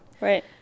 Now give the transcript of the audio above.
Right